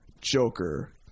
joker